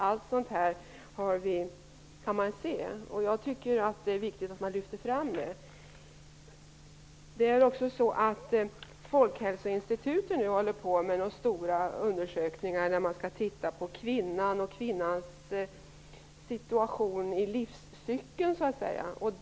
Allt detta kan vi konstatera, och det är viktigt att lyfta fram det. Folkhälsoinstitutet håller på med en stor undersökning om kvinnans situation i livscykeln.